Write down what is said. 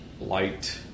light